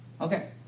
Okay